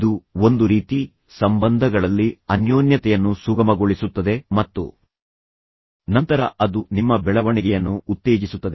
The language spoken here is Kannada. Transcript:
ಇದು ಒಂದು ರೀತಿ ಸಂಬಂಧಗಳಲ್ಲಿ ಅನ್ಯೋನ್ಯತೆಯನ್ನು ಸುಗಮಗೊಳಿಸುತ್ತದೆ ಮತ್ತು ನಂತರ ಅದು ನಿಮ್ಮ ಬೆಳವಣಿಗೆಯನ್ನು ಉತ್ತೇಜಿಸುತ್ತದೆ